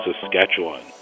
Saskatchewan